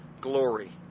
glory